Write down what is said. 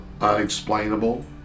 unexplainable